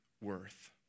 worth